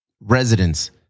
residents